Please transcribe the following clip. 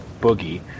Boogie